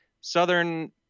southern